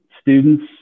students